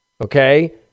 okay